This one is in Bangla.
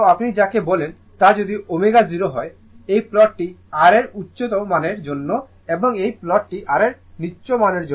তো আপনি যাকে বলেন তা যদি ω0 হয় এই প্লটটি R এর উচ্চতর মানের জন্য এবং এই প্লটটি Rএর নিম্ন মানের জন্য